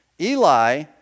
Eli